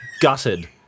gutted